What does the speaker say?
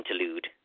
interlude